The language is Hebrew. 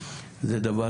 זה דבר